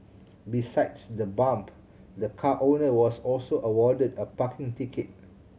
besides the bump the car owner was also awarded a parking ticket